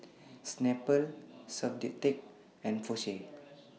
Snapple Soundteoh and Porsche